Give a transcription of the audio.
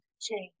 change